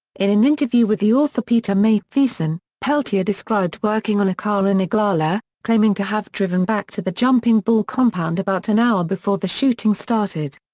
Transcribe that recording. in an interview with the author peter matthiessen, peltier described working on a car in oglala, claiming to have driven back to the jumping bull compound about an hour before the shooting started.